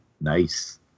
Nice